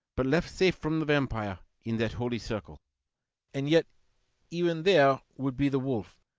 but left safe from the vampire in that holy circle and yet even there would be the wolf!